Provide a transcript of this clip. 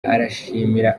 arashimira